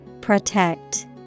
Protect